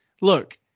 look